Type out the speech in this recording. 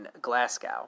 Glasgow